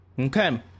Okay